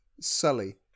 Sully